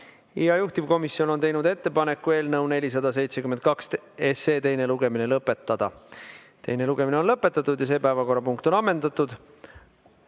Juhtivkomisjon on teinud ettepaneku eelnõu 472 teine lugemine lõpetada. Teine lugemine on lõpetatud ja see päevakorrapunkt on ammendatud.